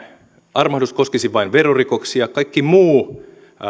armahdus koskisi vain verorikoksia kaikki muu